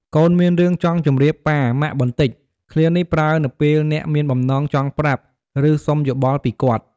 "កូនមានរឿងចង់ជម្រាបប៉ា ម៉ាក់បន្តិច!" ឃ្លានេះប្រើនៅពេលអ្នកមានបំណងចង់ប្រាប់ ឬសុំយោបល់ពីគាត់។